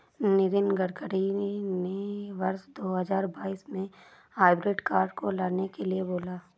नितिन गडकरी ने वर्ष दो हजार बाईस में हाइब्रिड कार को लाने के लिए बोला